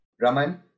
Raman